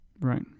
right